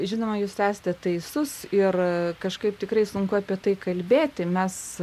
žinoma jūs esate teisus ir kažkaip tikrai sunku apie tai kalbėti mes